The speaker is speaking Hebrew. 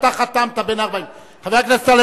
חבר הכנסת,